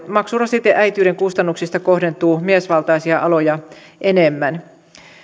maksurasite äitiyden kustannuksista kohdentuu miesvaltaisia aloja enemmän